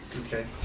okay